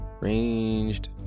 ranged